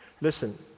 Listen